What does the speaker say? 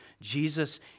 Jesus